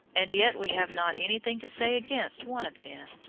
and yet we have not anything to say against one of them.